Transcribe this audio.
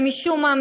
ומשום מה,